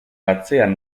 atzean